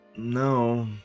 No